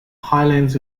highlands